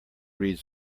read